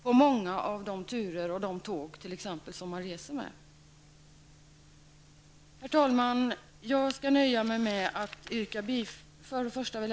På många av de bussar och tåg som man reser med ser man inte denna handikappanpassning. Herr talman!